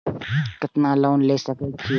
केतना लोन ले सके छीये?